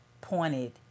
pointed